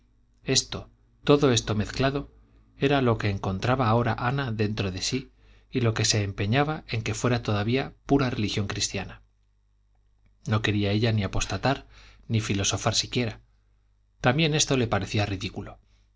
esto todo esto mezclado era lo que encontraba ahora ana dentro de sí y lo que se empeñaba en que fuera todavía pura religión cristiana no quería ella ni apostatar ni filosofar siquiera también esto le parecía ridículo